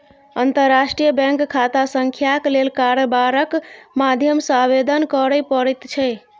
अंतर्राष्ट्रीय बैंक खाता संख्याक लेल कारबारक माध्यम सँ आवेदन करय पड़ैत छै